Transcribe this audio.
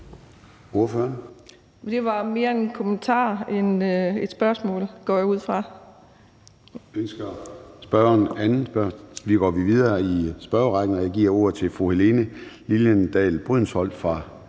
spørgeren et andet spørgsmål? Så går vi videre i spørgerrækken, og jeg giver ordet til fru Helene Liliendahl Brydensholt fra